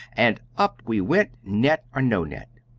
and up we went, net or no net,